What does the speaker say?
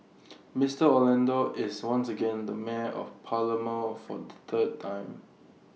Mister Orlando is once again the mayor of Palermo for the third time